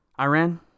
Iran